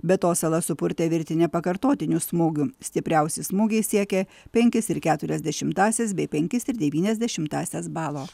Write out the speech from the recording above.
be to salas supurtė virtinė pakartotinių smūgių stipriausi smūgiai siekė penkis ir keturiasdešimtąsias bei penkis ir devynias dešimtąsias balo